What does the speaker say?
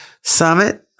Summit